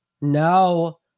no